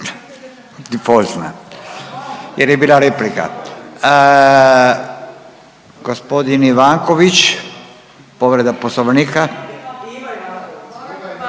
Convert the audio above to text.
default-na jer je bila replika. Gospodin Ivanković, povreda Poslovnika.